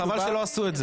חבל שלא עשו את זה.